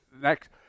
next